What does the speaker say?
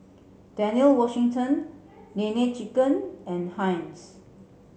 Daniel Wellington Nene Chicken and Heinz